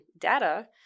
data